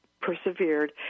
persevered